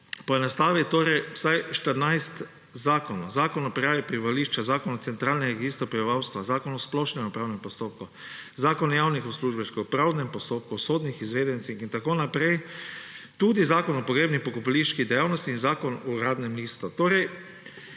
poenostavi vsaj 14 zakonov: Zakon o prijavi prebivališča, Zakon o centralnem registru prebivalstva, Zakon o splošnem upravnem postopku, Zakon o javnih uslužbencih, o pravnem postopku, o sodnih izvedencih in tako naprej, tudi Zakon o pogrebni in pokopališki dejavnosti in Zakon o Uradnem listu.